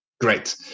great